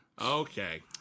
okay